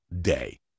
day